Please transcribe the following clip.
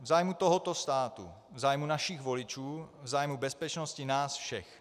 V zájmu tohoto státu, v zájmu našich voličů, v zájmu bezpečnosti nás všech.